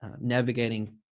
navigating